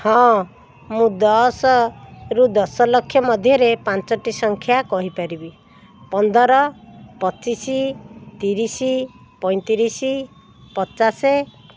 ହଁ ମୁଁ ଦଶରୁ ଦଶଲକ୍ଷ ମଧ୍ୟରେ ପାଞ୍ଚଟି ସଂଖ୍ୟା କହିପାରିବି ପନ୍ଦର ପଚିଶ ତିରିଶ ପଇଁତିରିଶ ପଚାଶ